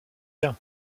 bien